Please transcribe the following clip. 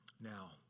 Now